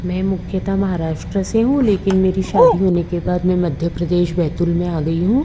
मैं मुख्यत महाराष्ट्र से हूँ लेकिन मेरी शादी होने के बाद मैं मध्य प्रदेश बैतूल में आ गई हूँ